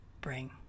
bring